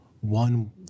one